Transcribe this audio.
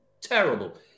Terrible